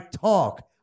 talk